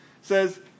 says